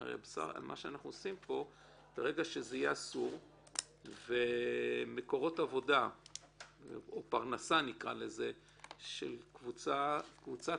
ברגע שזה יהיה אסור ומקורות פרנסה של קבוצת